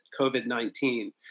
COVID-19